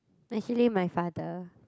actually my father